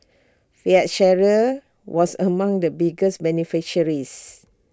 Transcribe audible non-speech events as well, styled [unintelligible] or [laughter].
fiat [unintelligible] was among the biggest beneficiaries